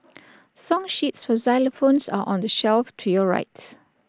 song sheets for xylophones are on the shelf to your right